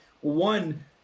One